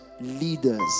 leaders